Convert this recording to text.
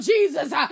Jesus